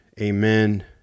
Amen